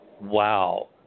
Wow